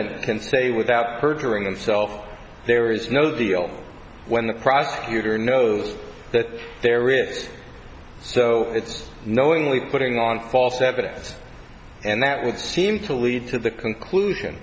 can say without perjuring himself there is no deal when the prosecutor knows that there is so it's knowingly putting on false evidence and that would seem to lead to the conclusion